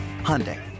Hyundai